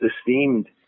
esteemed